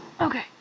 Okay